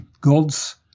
gods